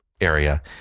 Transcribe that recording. area